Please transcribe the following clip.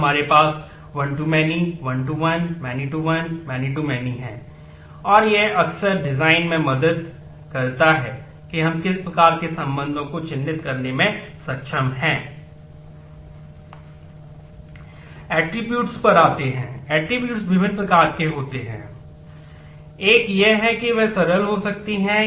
इसलिए हमारे पास 1 to many 1 to 1many to 1 many to many हैं और यह अक्सर डिजाइन में मदद करता है कि हम किस प्रकार के संबंधों को चिह्नित करने में सक्षम हैं